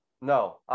No